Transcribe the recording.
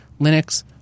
Linux